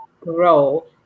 grow